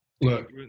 look